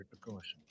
precaution